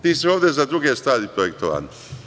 Ti si ovde za druge stvari projektovan.